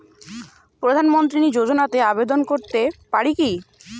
প্রধানমন্ত্রী যোজনাতে আবেদন করতে পারি কি?